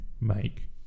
make